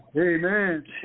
Amen